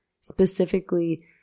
specifically